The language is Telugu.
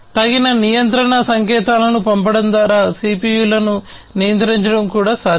తగిన నియంత్రణ సంకేతాలను పంపడం ద్వారా CPU లను నియంత్రించడం కూడా సాధ్యమే